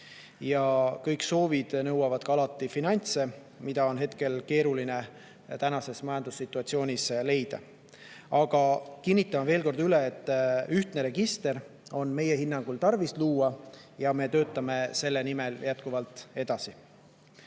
Ja kõik soovid nõuavad alati finantse, mida on keeruline tänases majandussituatsioonis leida. Aga kinnitan veel kord üle, et ühtne register on meie hinnangul tarvis luua ja me töötame selle nimel edasi.